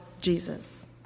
Jesus